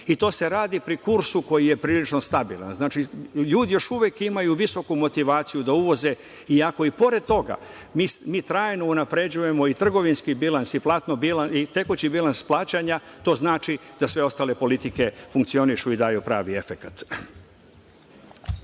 i to se radi pri kursu koji je prilično stabilan. Znači, ljudi još uvek imaju visoku motivaciju da uvoze iako i pored toga mi trajno unapređujemo i trgovinski bilans i tekući bilans plaćanja, to znači da sve ostale politike funkcionišu i daju pravi efekat.